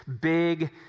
big